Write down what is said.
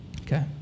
okay